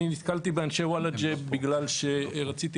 הוא שאני נתקלתי באנשי וולאג'ה בגלל שאני רציתי